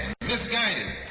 misguided